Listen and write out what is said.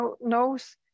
knows